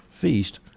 feast